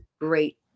great